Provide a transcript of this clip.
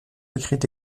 écrites